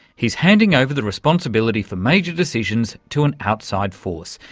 he's handing over the responsibility for major decisions to an outside force,